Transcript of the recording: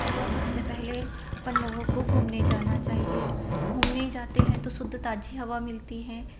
सुबह सबसे पहले अपन लोगों को घूमने जाना चाहिए घूमने जाते हैं तो शुद्ध ताज़ी हवा मिलती है